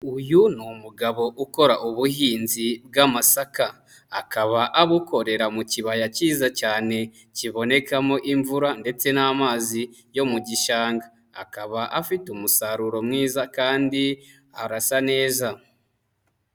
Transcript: Uyu ni umugabo ukora ubuhinzi bw'amasaka, akaba abukorera mu kibaya kiza cyane kibonekamo imvura ndetse n'amazi yo mu gishanga, akaba afite umusaruro mwiza kandi arasa neza.